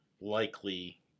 likely